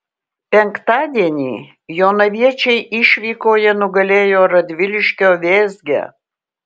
penktadienį jonaviečiai išvykoje nugalėjo radviliškio vėzgę